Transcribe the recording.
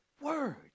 word